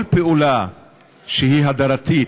כל פעולה שהיא הדרתית,